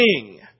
king